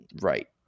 right